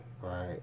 right